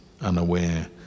unaware